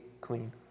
clean